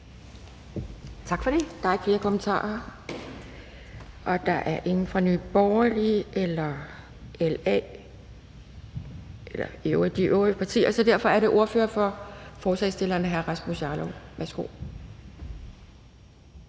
Tak for det. Der er ikke flere kommentarer. Da der ikke er nogen ordførere fra Nye Borgerlige, LA eller fra de øvrige partier, er det derfor ordføreren for forslagsstillerne, hr. Rasmus Jarlov. Værsgo.